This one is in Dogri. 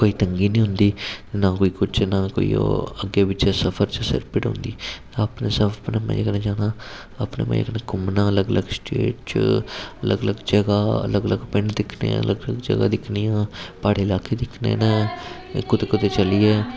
कोई तंगी नेईं होंदी ना कोई कुछ ना कोई ओह् अग्गें पिच्छें सफर च सिर पीड़ होंदी अपने सब अपने मजे कन्नै जाना अपने मजे कन्नै घूमना अलग अलग स्टेट च अलग अलग जगह अलग अलग पिंड दिक्खने अलग अलग जगह् दिक्खनियां प्हाड़ी इलाके दिक्खने न च कुतै कुतै चली गे